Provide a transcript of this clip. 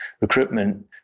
Recruitment